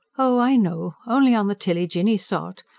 oh, i know only on the tilly-jinny-sort.